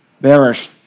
bearish